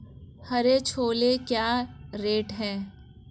हरे छोले क्या रेट हैं?